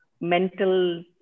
mental